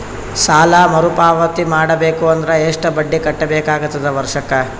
ಸಾಲಾ ಮರು ಪಾವತಿ ಮಾಡಬೇಕು ಅಂದ್ರ ಎಷ್ಟ ಬಡ್ಡಿ ಕಟ್ಟಬೇಕಾಗತದ ವರ್ಷಕ್ಕ?